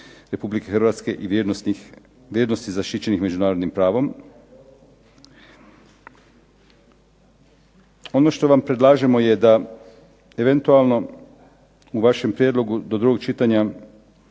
RH i vrijednosti zaštićenih međunarodnim pravom. Ono što vam predlažemo je da eventualno u vašem prijedlogu do drugog čitanja